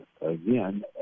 again